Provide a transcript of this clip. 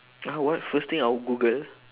uh what first thing I would google